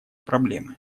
проблемы